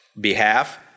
behalf